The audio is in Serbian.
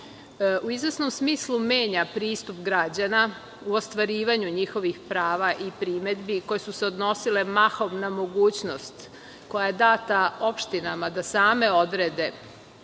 u izvesnom smislu menja pristup građana u ostvarivanju njihovih prava i primedbi koje su se odnosile mahom na mogućnost koja je data opštinama da same odrede